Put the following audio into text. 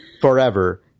forever